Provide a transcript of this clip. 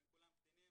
הם כולם קטינים.